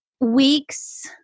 weeks